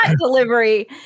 delivery